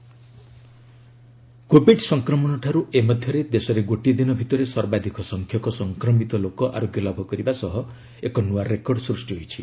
Covid status Covid ସଂକ୍ରମଣଠାରୁ ଏ ମଧ୍ୟରେ ଦେଶରେ ଗୋଟିଏ ଦିନ ଭିତରେ ସର୍ବାଧିକ ସଂଖ୍ୟକ ସଂକ୍ରମିତ ଲୋକ ଆରୋଗ୍ୟଲାଭ କରିବା ସହ ଏକ ନୂଆ ରେକର୍ଡ ସୃଷ୍ଟି ହୋଇଛି